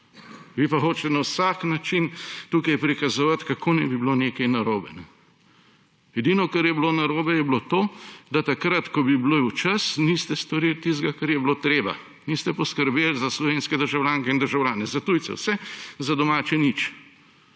Vi pa hočete na vsak način tukaj prikazovati, kako naj bi bilo nekaj narobe. Edino, kar je bilo narobe, je bilo to, da takrat, ko je bil čas, niste storili tistega, kar je bilo treba, niste poskrbeli za slovenske državljanke in državljane. Za tujce vse, za domače nič.